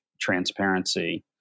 transparency